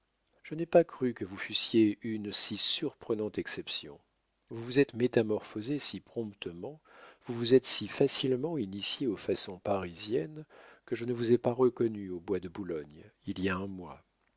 je n'ai pas cru que vous fussiez une si surprenante exception vous vous êtes métamorphosé si promptement vous vous êtes si facilement initié aux façons parisiennes que je ne vous ai pas reconnu au bois de boulogne il y a un mois